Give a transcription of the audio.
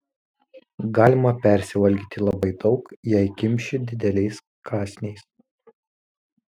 galima prisivalgyti labai daug jei kimši dideliais kąsniais